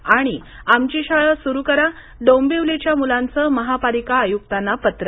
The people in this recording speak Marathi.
आणि आमची शाळा सुरू करा डोंबिवलीच्या मुलांचं महापालिका आयुक्तांना पत्र